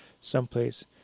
someplace